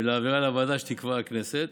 ולהעבירה לוועדה שתקבע הכנסת